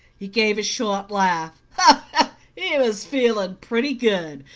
he gave a short laugh. he was feeling pretty good,